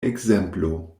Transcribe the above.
ekzemplo